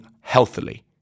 healthily